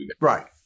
right